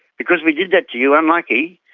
because we did that to you, unlucky,